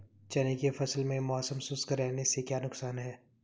चने की फसल में मौसम शुष्क रहने से क्या नुकसान है?